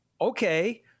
Okay